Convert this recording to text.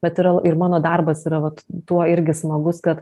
bet yra ir mano darbas yra vat tuo irgi smagus kad